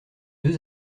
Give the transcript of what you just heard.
deux